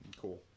Cool